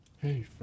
Hey